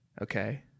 okay